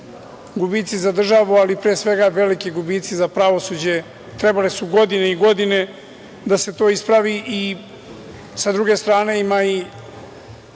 gubici za državu, ali pre svega veliki gubici za pravosuđe, trebale su godine i godine da se to ispravi. Sa druge strane, ima i